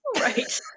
Right